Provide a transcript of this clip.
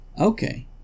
okay